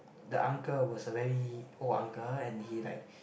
the uncle was a very old uncle and he like